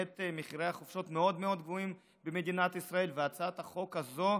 מחירי החופשות מאוד מאוד גבוהים במדינת ישראל והצעת החוק הזאת,